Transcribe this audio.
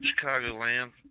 Chicagoland